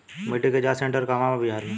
मिटी के जाच सेन्टर कहवा बा बिहार में?